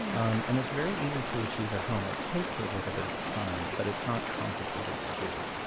and um and it's very easy to achieve at home. it takes a little bit of time, but it's not complicated to do.